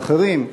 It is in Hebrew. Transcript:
ואחרים,